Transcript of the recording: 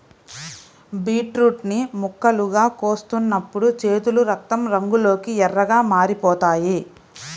beetroot ని ముక్కలుగా కోస్తున్నప్పుడు చేతులు రక్తం రంగులోకి ఎర్రగా మారిపోతాయి